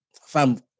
fam